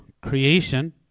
creation